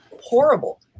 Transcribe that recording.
Horrible